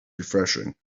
refreshing